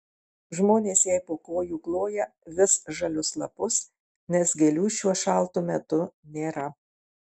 žmonės jai po kojų kloja visžalius lapus nes gėlių šiuo šaltu metu nėra